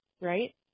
right